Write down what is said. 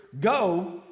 go